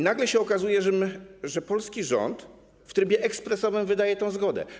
Nagle się okazuje, że polski rząd, w trybie ekspresowym, wydaje tę zgodę.